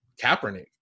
Kaepernick